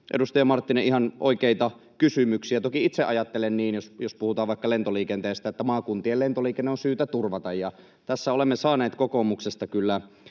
edustaja Marttinen, ihan oikeita kysymyksiä. Toki itse ajattelen niin, jos puhutaan vaikka lentoliikenteestä, että maakuntien lentoliikenne on syytä turvata. Tässä olemme saaneet kokoomuksesta kyllä